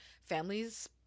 families